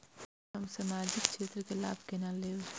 हम सामाजिक क्षेत्र के लाभ केना लैब?